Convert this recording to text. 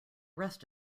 rest